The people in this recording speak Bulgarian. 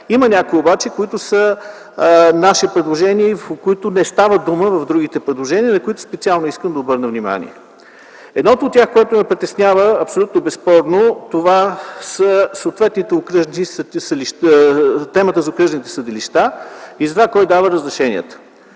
Има обаче някои предложения, за които не става дума в другите предложения, на които специално искам да обърна внимание. Едното от тях, което ме притеснява абсолютно безспорно, е темата за окръжните съдилища и за това кой дава разрешенията.